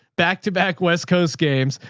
back-to-back west coast games,